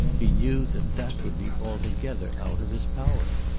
he knew that that would be altogether out of his power.